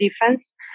defense